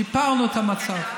שיפרנו את המצב.